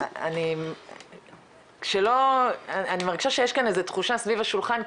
אני מרגישה שיש כאן איזה תחושה סביב השולחן,